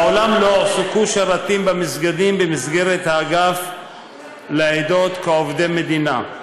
מעולם לא הועסקו שרתים במסגדים במסגרת האגף לעדות כעובדי מדינה.